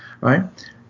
right